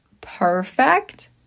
perfect